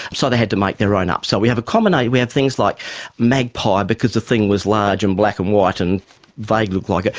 so they had to make their own up. so we have a common name, we have things like magpie because the thing was large and black and white and vaguely looked like it,